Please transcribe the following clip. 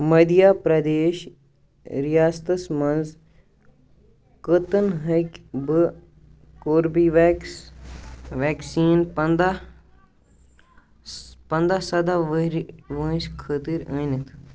مٔدھیہ پرٛدیش رِیاستَس مَنٛز کَتٮ۪ن ہیٚکہٕ بہٕ کوربی ویٚکس ویکسیٖن پنٛداہ پَنٛداہ سداہ ؤہُرِ وٲنٛسہٕ خٲطر أنِتھ